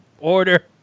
order